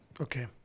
Okay